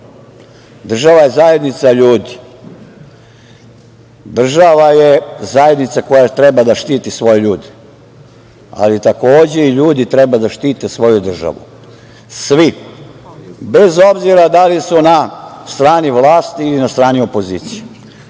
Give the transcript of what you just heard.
Država je zajednica ljudi. Država je zajednica koja treba da štiti svoje ljude, ali takođe i ljudi treba da štite svoju državu, svi, bez obzira da li su na strani vlasti ili na strani opozicije.